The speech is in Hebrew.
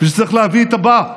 ושצריך להביא את הבא.